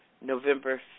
November